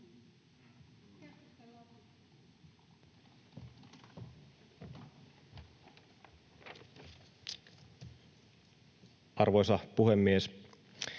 Arvoisa puhemies!